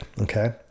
okay